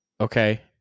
Okay